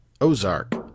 Ozark